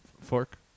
Fork